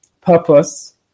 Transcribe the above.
purpose